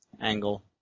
Angle